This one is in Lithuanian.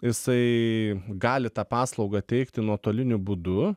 jisai gali tą paslaugą teikti nuotoliniu būdu